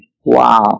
Wow